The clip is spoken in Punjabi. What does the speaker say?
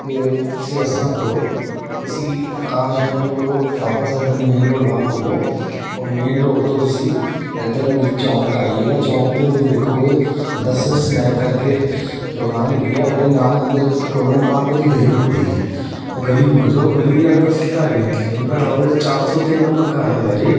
ਅਤੇ ਤੁਸੀਂ ਇਸ ਤਰ੍ਹਾਂ ਕਰੋ ਤੁਸੀਂ ਆਕਾਸ਼ ਹੈਮ ਨੂੰ ਬੋਲੋ ਵਾਪਸ ਇੱਧਰ ਮੇਨ ਰੋਡ ਵੱਲ ਹੋਵੋ ਔਰ ਮੇਨ ਰੋਡ ਤੋਂ ਤੁਸੀਂ ਇੱਧਰ ਮਿਰ ਚੌਂਕ ਆਏਗਾ ਚੌਂਕ 'ਤੇ ਤੁਸੀਂ ਦੇਖੋਗੇ ਦਸ ਸਨੈਕ ਕਰਕੇ ਦੁਕਾਨ ਹੈਗੀ ਆ ਉਹਦੇ ਨਾਲ ਅੰਦਰ ਇੱਕ ਤ੍ਰਿਕੋਣੇ ਪਾਰਕ ਵਾਲੀ ਗਲੀ ਮੁੜਦੀ ਹੈ ਉਹ ਗਲੀ ਮੁੜ ਜਾਓ ਗਲੀ ਦੇ ਅੰਦਰ ਸਿੱਧਾ ਆਈ ਜਾਣਾ ਜੇ ਅੰਦਰ ਆਓਗੇ ਤੇ ਚਾਰ ਸੌ ਤਿੰਨ ਨੰਬਰ ਘਰ ਹੈਗਾ ਜੇ